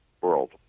world